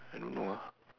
I don't know lah